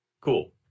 Cool